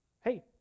hey